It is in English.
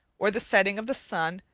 or the setting of the sun,